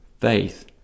faith